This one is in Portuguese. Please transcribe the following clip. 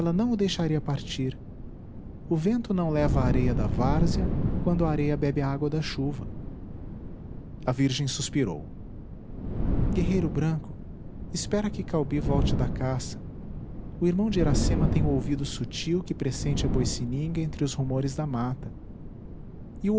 não o deixaria partir o vento não leva a areia da várzea quando a areia bebe a água da chuva a virgem suspirou guerreiro branco espera que caubi volte da caça o irmão de iracema tem o ouvido sutil que pressente a boicininga entre os rumores da mata